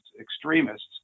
extremists